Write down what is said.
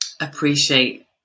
appreciate